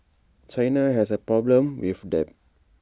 China has A problem with debt